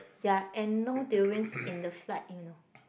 ya and no durians in the flight you know